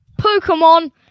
Pokemon